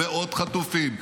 עם מאות חטופים.